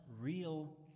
real